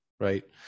Right